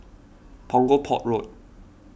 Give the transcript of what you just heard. Punggol Port Road